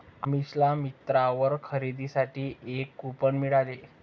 अमिषाला मिंत्रावर खरेदीसाठी एक कूपन मिळाले